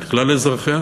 את כלל אזרחיה,